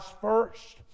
first